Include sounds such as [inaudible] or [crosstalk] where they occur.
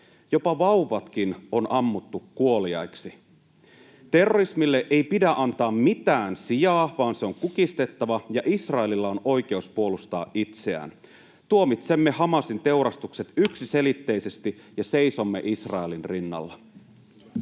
Jopa vauvatkin on ammuttu kuoliaiksi. Terrorismille ei pidä antaa mitään sijaa, vaan se on kukistettava, ja Israelilla on oikeus puolustaa itseään. Tuomitsemme Hamasin teurastukset [noise] yksiselitteisesti ja seisomme Israelin rinnalla.